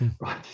right